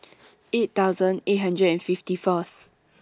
eight thousand eight hundred and fifty First